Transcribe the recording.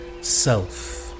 self